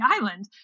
island